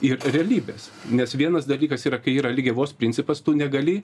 ir realybės nes vienas dalykas yra kai yra lygiavos principas tu negali